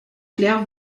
clerc